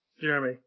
Jeremy